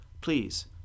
Please